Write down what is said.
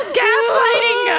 gaslighting